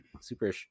super